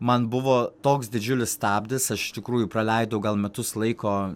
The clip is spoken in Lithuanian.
man buvo toks didžiulis stabdis aš iš tikrųjų praleidau gal metus laiko